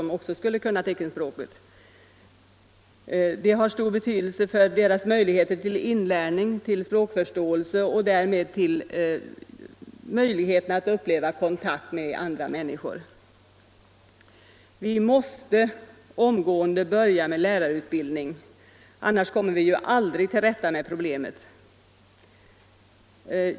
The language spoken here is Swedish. Det har stor betydelse för deras möjligheter till inlärning, språkförståelse och därmed till möjligheterna att uppleva kontakt med andra människor. Vi måste omgående börja med lärarutbildning annars kommer vi aldrig till rätta med problemet.